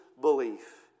belief